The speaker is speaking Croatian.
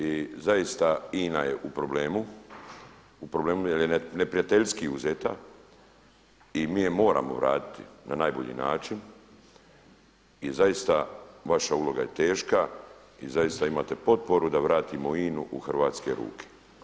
I zaista INA je u problemu jer je neprijateljski uzeta i mi je moramo vratiti na najbolji način i zaista vaše uloga je teška i zaista imate potporu da vratimo INA-u u hrvatske ruke.